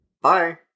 Bye